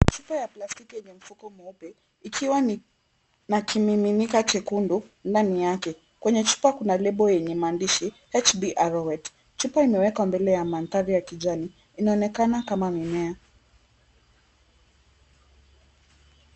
Chupa ya plastiki yenye mfumo mweupe, ikiwa na kimiminika chekundu ndani yake. Kwenye chupa kuna lebo yenye maandishi HBROS. Chupa imewekwa mbele ya mandhari ya manjani. Inaonekana kama mimea.